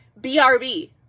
BRB